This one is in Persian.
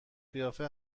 قیافه